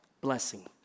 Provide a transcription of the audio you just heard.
blessing